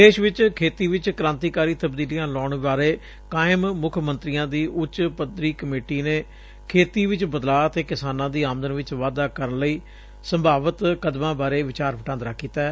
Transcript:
ਦੇਸ਼ ਵਿਚ ਖੇਤੀ ਵਿਚ ਕੁਾਂਤੀਕਾਰੀ ਤਬਦੀਲੀਆਂ ਲਿਆਉਣ ਬਾਰੇ ਕਾਇਮ ਮੁੱਖ ਮੰਤਰੀਆਂ ਦੀ ਉੱਚ ਪੱਧਰੀ ਕਮੇਟੀ ਨੇ ਖੇਡੀ ਚ ਬਦਲਾਅ ਅਤੇ ਕਿਸਾਨਾਂ ਦੀ ਆਮਦਨ ਵਿਚ ਵਾਧਾ ਕਰਨ ਲਈ ਸੰਭਾਵਿਤ ਕਰਨ ਬਾਰੇ ਵਿਚਾਰ ਵਟਾਂਦਰਾ ਕੀਤੈ